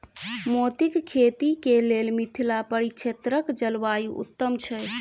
मोतीक खेती केँ लेल मिथिला परिक्षेत्रक जलवायु उत्तम छै?